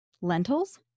Lentils